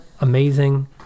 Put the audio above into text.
amazing